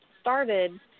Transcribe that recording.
started